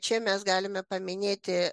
čia mes galime paminėti